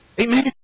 Amen